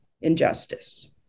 injustice